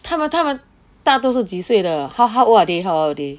他们他们大多数几岁的 how how old are they how old are they